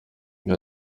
iyo